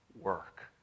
work